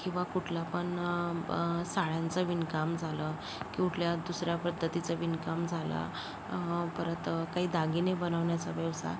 किंवा कुठला पण साड्यांचा विणकाम झालं कुठल्या दुसऱ्या पद्धतीचं विणकाम झालं परत काही दागिने बनवण्याचा व्यवसाय